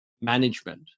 management